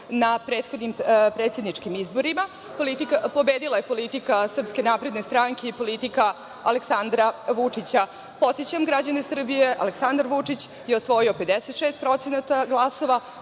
na prethodnim predsedničkim izborima. Pobedila je politika SNS i politika Aleksandra Vučića. Podsećam građane Srbije, Aleksandar Vučić je osvojio 56% glasova,